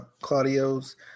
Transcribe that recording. Claudio's